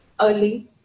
early